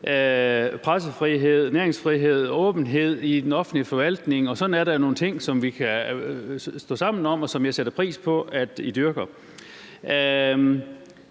pressefrihed, næringsfrihed, åbenhed i den offentlige forvaltning – og sådan er der jo nogle ting, som vi kan stå sammen om, og som jeg sætter pris på at I dyrker.